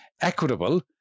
equitable